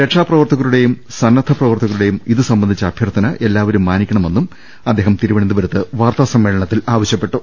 രക്ഷാപ്രവർത്തക രുടെയും സന്നദ്ധ പ്രവർത്തകരുടെയും ഇതുസംബന്ധിച്ച അഭ്യർത്ഥന എല്ലാ വരും മാനിക്കണമെന്നും അദ്ദേഹം തിരുവനന്തപുരത്ത് വാർത്താ സമ്മേളന ത്തിൽ പറഞ്ഞു